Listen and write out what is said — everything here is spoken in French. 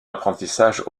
apprentissage